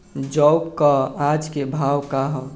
जौ क आज के भाव का ह?